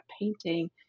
painting